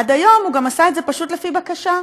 ועד היום הוא גם עשה את זה פשוט לפי בקשה,